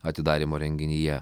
atidarymo renginyje